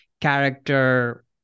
character